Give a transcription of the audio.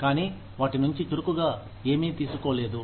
కానీ వాటి నుంచి చురుకుగా ఏమి తీసుకోలేదు